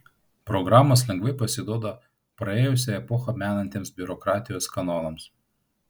programos lengvai pasiduoda praėjusią epochą menantiems biurokratijos kanonams